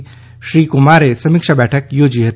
અશોમ કુમારે સમીક્ષા બેઠક યોજી હતી